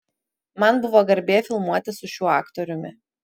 man buvo garbė filmuotis su šiuo aktoriumi